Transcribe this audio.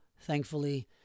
Thankfully